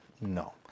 No